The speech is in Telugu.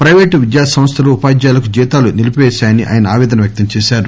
పైపేటు విద్యాసంస్థలు ఉపాధ్యాయులకు జీతాలు నిలిపివేశాయని ఆయన ఆవేదన వ్యక్తం చేశారు